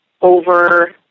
over